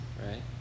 right